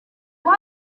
uko